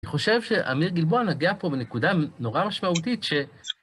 אני חושב שאמיר גלבוע נגיע פה בנקודה נורא משמעותית ש...